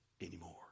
anymore